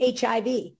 HIV